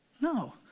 no